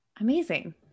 Amazing